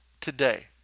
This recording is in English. today